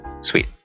Sweet